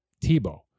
Tebow